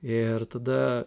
ir tada